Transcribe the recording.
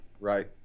right